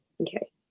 Okay